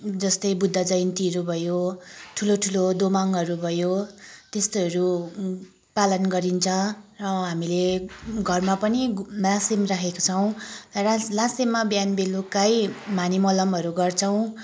जस्तै बुद्ध जयन्तीहरू भयो ठुलो ठुलो दोमङहरू भयो त्यस्तोहरू पालन गरिन्छ र हामीले घरमा पनि लासेम राखेको छौँ लासेममा बिहान बेलुकै म्हाने म्हलमहरू गर्छौँ